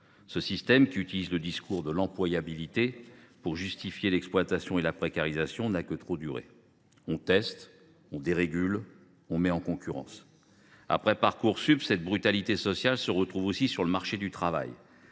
Ce système, qui recourt au discours de l’« employabilité » pour justifier l’exploitation et la précarisation, n’a que trop duré. On teste, on dérégule, on met en concurrence… Après Parcoursup, cette brutalité sociale se retrouve aussi sur le marché du travail